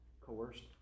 coerced